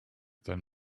than